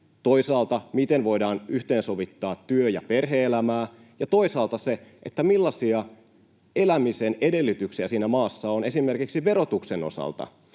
toisaalta se, miten voidaan yhteensovittaa työ- ja perhe-elämää, ja toisaalta se, millaisia elämisen edellytyksiä siinä maassa on, esimerkiksi verotuksen osalta.